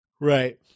Right